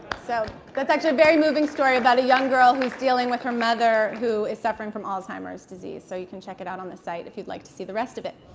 so that's actually a very moving story about a young girl who's dealing with her mother who is suffering from alzheimer's disease. so you can check it out on the site if you'd like to see the rest of it.